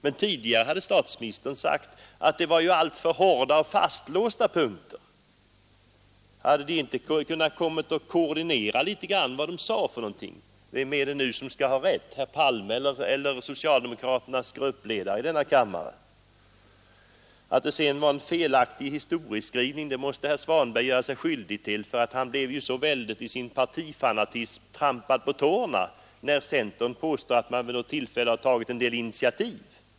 Men tidigare hade statsministern sagt att punkterna i programmet var alltför hårda och fastlåsta. Hade ni inte kunnat koordinera edra uttalanden? Vem har rätt, herr Palme eller socialdemokraternas gruppledare i kammaren? Dessutom gjorde sig herr Svanberg skyldig till en felaktig historieskrivning — han kände sig ju i sin partifanatism så väldigt trampad på tårna när centern påstod att den vid något tillfälle hade tagit en del initiativ.